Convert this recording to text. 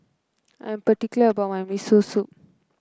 I am particular about my Miso Soup